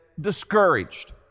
discouraged